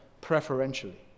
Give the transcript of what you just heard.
preferentially